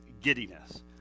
giddiness